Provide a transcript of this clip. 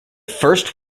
first